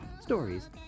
Stories